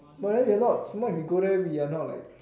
but then if not not we go there we are not like